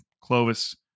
Clovis